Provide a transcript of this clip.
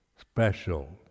special